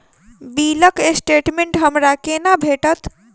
बिलक स्टेटमेंट हमरा केना भेटत?